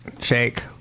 shake